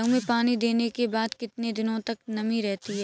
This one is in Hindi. गेहूँ में पानी देने के बाद कितने दिनो तक नमी रहती है?